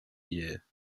year